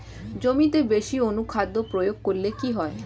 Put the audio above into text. জমিতে বেশি অনুখাদ্য প্রয়োগ করলে কি হয়?